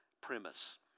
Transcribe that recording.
premise